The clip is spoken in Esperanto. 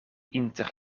inter